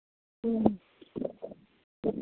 ह्म्म